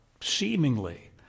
seemingly